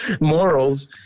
morals